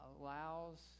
allows